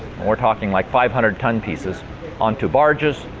we're talking like five hundred tonne pieces onto barges,